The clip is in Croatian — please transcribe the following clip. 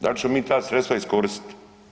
Da li ćemo mi ta sredstva iskoristiti.